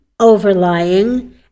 overlying